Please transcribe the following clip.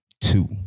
Two